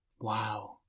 Wow